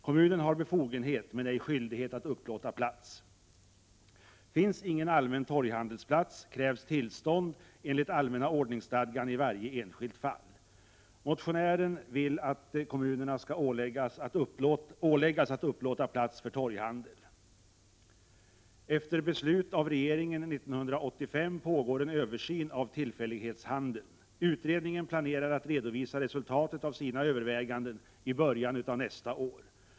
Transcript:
Kommunen har befogenhet men ej skyldighet att upplåta plats. Finns ingen allmän torghandelsplats krävs tillstånd enligt allmänna ordningsstadgan i varje enskilt fall. Motionären vill att kommunerna skall åläggas att upplåta plats för torghandel. Efter beslut av regeringen 1985 pågår en översyn av tillfällighetshandeln. Utredningen planerar att redovisa resultatet av sina överväganden i början av nästa år.